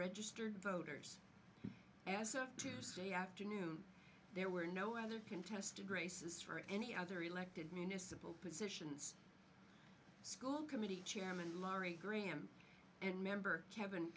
registered voters as of tuesday afternoon there were no other contests to grace is for any other elected municipal positions school committee chairman laurie graham and member kevin